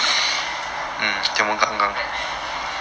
mm not bad leh